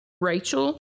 Rachel